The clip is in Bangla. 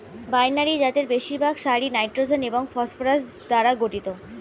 বাইনারি জাতের বেশিরভাগ সারই নাইট্রোজেন এবং ফসফরাস দ্বারা গঠিত